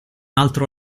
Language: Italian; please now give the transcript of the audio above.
altro